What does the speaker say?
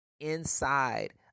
inside